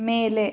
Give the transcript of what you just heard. ಮೇಲೆ